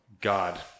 God